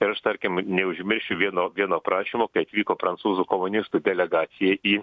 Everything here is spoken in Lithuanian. ir aš tarkim neužmiršiu vieno vieno prašymo kai atvyko prancūzų kolonistų delegacija į